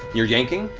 you're yanking?